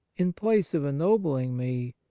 in place of ennobling me,